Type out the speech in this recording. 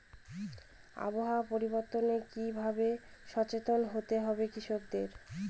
আবহাওয়া পরিবর্তনের কি ভাবে সচেতন হতে হবে কৃষকদের?